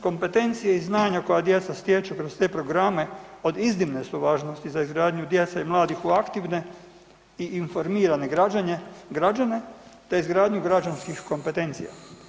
Kompetencije i znanja koja djeca stječu kroz te programe od iznimne su važnosti za izgradnju djece i mladih u aktivne i informirane građane te izgradnju građanskih kompetencija.